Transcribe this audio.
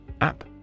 app